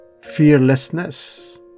fearlessness